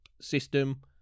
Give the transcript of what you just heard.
system